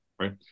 right